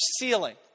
ceiling